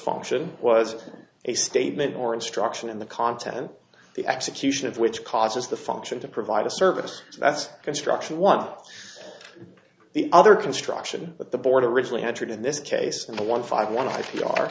function was a statement or instruction in the content the execution of which causes the function to provide a service that's construction one of the other construction but the board originally entered in this case the one five